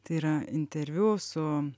tai yra interviu su